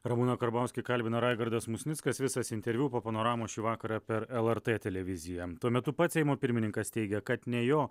ramūną karbauskį kalbino raigardas musnickas visas interviu po panoramos šį vakarą per lrt televiziją tuo metu pats seimo pirmininkas teigia kad ne jo